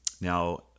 now